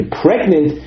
pregnant